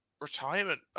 retirement